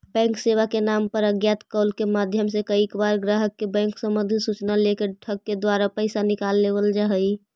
bank सेवा के नाम पर अज्ञात कॉल के माध्यम से कईक बार ग्राहक के बैंक संबंधी सूचना लेके ठग के द्वारा पैसा निकाल लेवल जा हइ